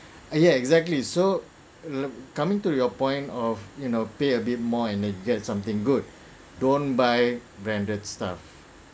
ya exactly so coming to your point of you know pay a bit more and get something good don't buy branded stuff